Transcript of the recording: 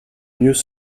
mieux